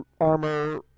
armor